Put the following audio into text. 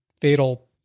fatal